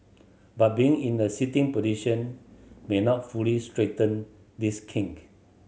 but being in a sitting position may not fully straighten this kink